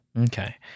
Okay